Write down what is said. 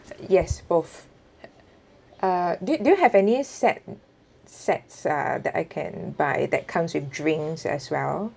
yes both uh do~ do you have any sets set uh that I can buy that comes with drinks as well